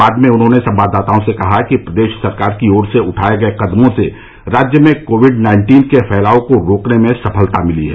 बाद में उन्होंने संवाददाताओं से कहा कि प्रदेश सरकार की ओर से उठाए गए कदमों से राज्य में कोविड नाइन्टीन के फैलाव को रोकने में सफलता मिली है